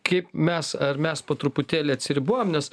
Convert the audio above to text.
kaip mes ar mes po truputėlį atsiribojam nes